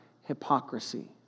hypocrisy